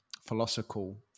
philosophical